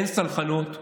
אין סלחנות,